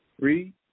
read